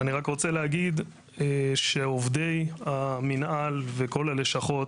כשאני הייתי ראש עיר אני התנגדתי לכל מיני דברים אוטומטיים,